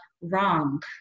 wrong